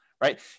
right